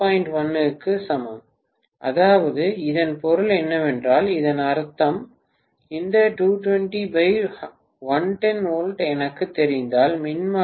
1 க்கு சமம் அதாவது இதன் பொருள் என்னவென்றால் இதன் அர்த்தம் இந்த 220110V எனக்குத் தெரிந்தால் மின்மாற்றி 2